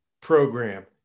program